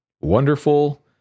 wonderful